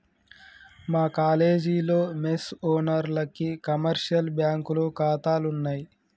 మా కాలేజీలో మెస్ ఓనర్లకి కమర్షియల్ బ్యాంకులో ఖాతాలున్నయ్